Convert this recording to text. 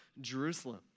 Jerusalem